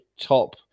top